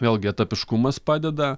vėlgi etapiškumas padeda